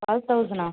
twelve థౌజండ్ఆ